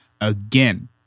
again